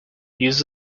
use